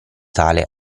tale